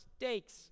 mistakes